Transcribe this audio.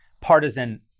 partisan